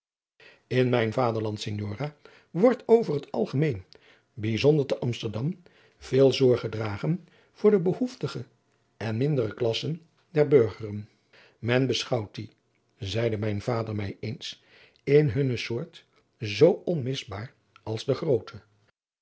in mijn vaderland signora wordt over het algemeen bijzonder te amsterdam veel zorg gedragen voor de behoeftige en mindere klassen der burgeren men beschouwt die zeide mijn vader mij eens in hunne soort zoo onmisbaar als de groote